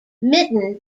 mitton